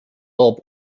loob